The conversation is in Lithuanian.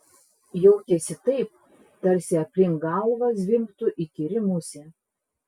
jautėsi taip tarsi aplink galvą zvimbtų įkyri musė